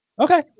Okay